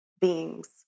beings